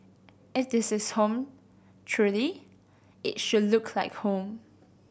it this is home truly it should look like home